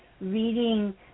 reading